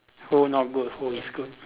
who not good who is good